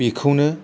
बिखौनो